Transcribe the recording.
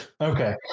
Okay